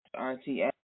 RTS